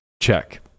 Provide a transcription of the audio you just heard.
check